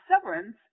severance